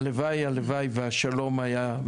הלוואי הלוואי והשלום היה.